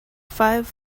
five